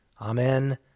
Amen